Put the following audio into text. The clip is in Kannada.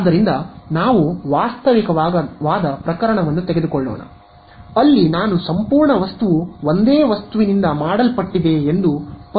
ಆದ್ದರಿಂದ ನಾವು ವಾಸ್ತವಿಕವಾದ ಪ್ರಕರಣವನ್ನು ತೆಗೆದುಕೊಳ್ಳೋಣ ಅಲ್ಲಿ ನಾನು ಸಂಪೂರ್ಣ ವಸ್ತುವು ಒಂದೇ ವಸ್ತುವಿನಿಂದ ಮಾಡಲ್ಪಟ್ಟಿದೆ ಎಂದು ಪರಿಗಣಿಸಬಾರದು